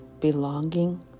belonging